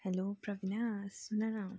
hello Prabina सुन न